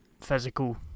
physical